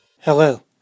Hello